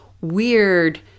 weird